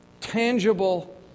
tangible